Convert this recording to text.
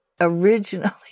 originally